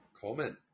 comment